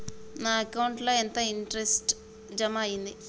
నా అకౌంట్ ల ఎంత ఇంట్రెస్ట్ జమ అయ్యింది?